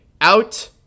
out